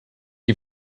you